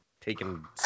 taking